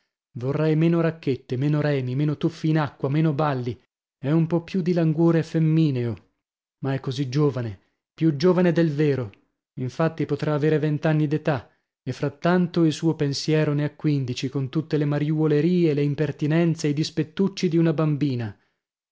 vorrei meno racchette meno remi meno tuffi in acqua meno balli e un po più di languore femmineo ma è così giovane più giovane del vero infatti potrà avere vent'anni d'età e frattanto il suo pensiero ne ha quindici con tutte le mariuolerie le impertinenze i dispettucci di una bambina